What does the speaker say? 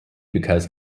because